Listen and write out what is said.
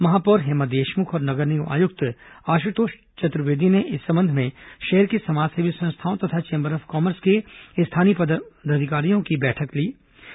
महापौर हेमा देशमुख और नगर निगम आयुक्त आशुतोष चतुर्वेदी ने इस संबंध में शहर की समाजसेवी संस्थाओं तथा चेंबर ऑफ कॉमर्स के स्थानीय प्रतिनिधियों की बैठक में चर्चा की